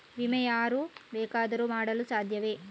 ವಿಮೆ ಯಾರು ಬೇಕಾದರೂ ಮಾಡಲು ಸಾಧ್ಯವೇ?